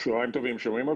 צוהריים טובים,